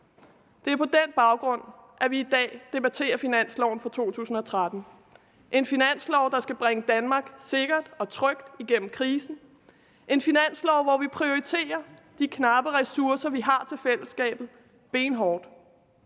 det er på den baggrund, at vi i dag debatterer finansloven for 2013 – en finanslov, der skal bringe Danmark sikkert og trygt igennem krisen, en finanslov, hvor vi prioriterer de knappe ressourcer, vi har til fællesskabet, benhårdt.